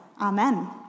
Amen